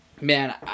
man